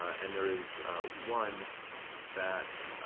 and there is one that